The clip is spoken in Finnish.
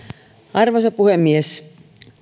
arvoisa puhemies